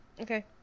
okay